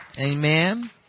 Amen